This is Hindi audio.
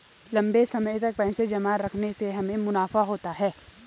लंबे समय तक पैसे जमा रखने से हमें मुनाफा होता है